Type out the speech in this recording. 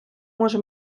дійсно